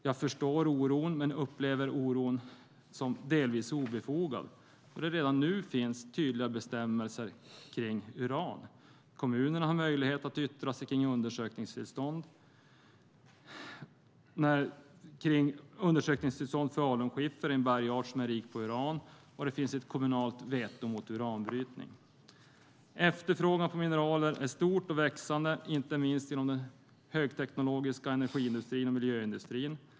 Jag förstår oron men upplever den som delvis obefogad då det redan finns tydliga bestämmelser för uran. Kommuner har möjlighet att yttra sig om undersökningstillstånd för alunskiffer som är en bergart som är rik på uran. Dessutom finns ett kommunalt veto mot uranbrytning. Efterfrågan på mineraler är stor och växande, inte minst inom den högteknologiska energiindustrin och miljöindustrin.